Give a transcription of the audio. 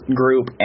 group